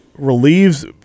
relieves